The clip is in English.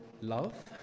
love